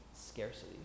scarcity